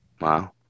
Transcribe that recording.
Wow